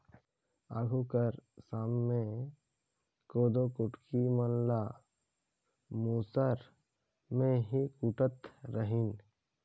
आघु कर समे मे कोदो कुटकी मन ल मूसर मे ही कूटत रहिन